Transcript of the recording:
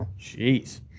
Jeez